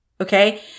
Okay